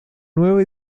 nueva